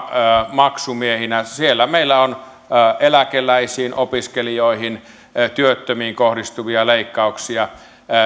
maksumiehinä siellä meillä on eläkeläisiin opiskelijoihin työttömiin kohdistuvia leikkauksia